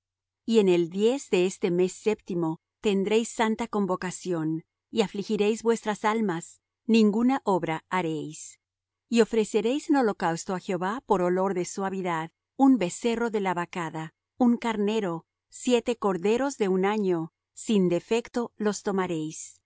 y en el diez de este mes séptimo tendréis santa convocación y afligiréis vuestras almas ninguna obra haréis y ofreceréis en holocausto á jehová por olor de suavidad un becerro de la vacada un carnero siete corderos de un año sin defecto los tomaréis